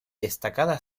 destacada